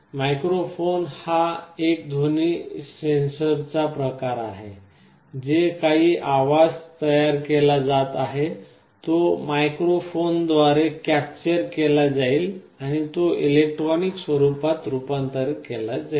microphone हा एक ध्वनी सेन्सरचा प्रकार आहे जे काही आवाज तयार केला जात आहे तो मायक्रोफोनद्वारे कॅप्चर केला जाईल आणि तो इलेक्ट्रॉनिक स्वरूपात रूपांतरित केला जाईल